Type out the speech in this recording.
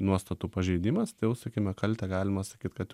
nuostatų pažeidimastai jau sakykime kaltę galima sakyt kad